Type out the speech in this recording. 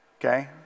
Okay